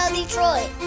Detroit